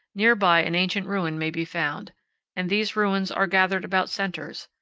near by an ancient ruin may be found and these ruins are gathered about centers,